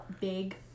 big